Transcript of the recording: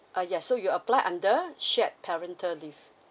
uh yes so you apply under shared parental leave